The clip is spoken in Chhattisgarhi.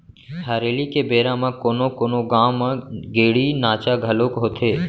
हरेली के बेरा म कोनो कोनो गाँव म गेड़ी नाचा घलोक होथे